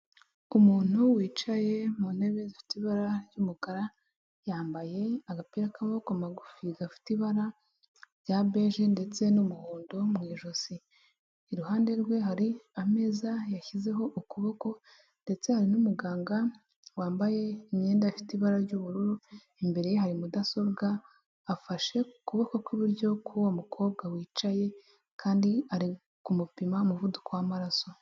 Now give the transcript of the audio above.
Umuntu wicaye mu ntebe zifite ibara ry'umukara, yambaye agapira k'amaboko magufi gafite ibara rya beje ndetse n'umuhondo wo mu ijosi, iruhande rwe hari ameza yashyizeho ukuboko ndetse hari n'umuganga wambaye imyenda ifite ibara ry'ubururu, imbere ye hari mudasobwa afashe ku kuboko ku iburyo k'uwo mukobwa wicaye kandi ari kumupima umuvuduko w'amaraso.